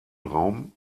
raum